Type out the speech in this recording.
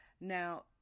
Now